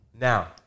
Now